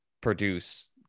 produce